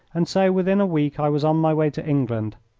and so within a week i was on my way to england.